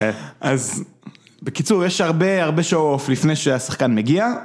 אז בקיצור יש הרבה הרבה show off לפני שהשחקן מגיע